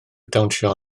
dawnsio